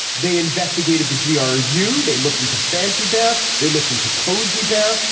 they investigated the g are you they looked into fancy bear. they looked into cozy bear.